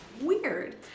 Weird